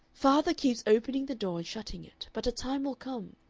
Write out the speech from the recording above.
father keeps opening the door and shutting it, but a time will come